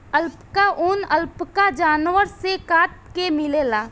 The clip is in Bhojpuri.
अल्पाका ऊन, अल्पाका जानवर से काट के मिलेला